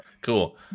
Cool